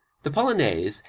the polonaise,